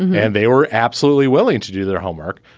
and they were absolutely willing to do their homework.